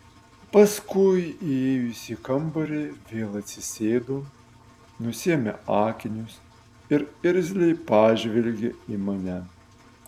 paskui įėjusi į kambarį vėl atsisėdo nusiėmė akinius ir irzliai pažvelgė į mane